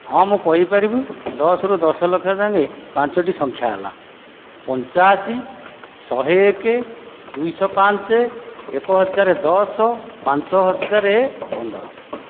ହଁ ମୁଁ କହିପାରିବି ଦଶ ରୁ ଦଶ ଲକ୍ଷ ଯାଏଁ ପାଞ୍ଚୋଟି ସଂଖ୍ୟା ହେଲା ପଞ୍ଚାଅଶୀ ଶହେ ଏକ ଦୁଇଶହ ପାଞ୍ଚ ଏକ ହଜାର ଦଶ ପାଞ୍ଚ ହଜାର ପନ୍ଦର